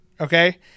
okay